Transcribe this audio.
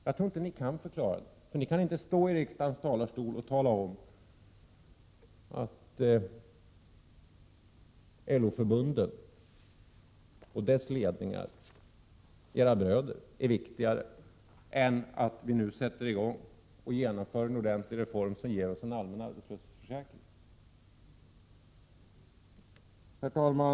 Jag tror inte att ni kan förklara det, för ni kan inte stå i riksdagens talarstol och säga att omsorgen om LO-förbunden och deras ledningar, era bröder, är viktigare än igångsättandet av en ordentlig reform som ger oss en allmän arbetslöshetsförsäkring. Herr talman!